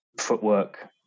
footwork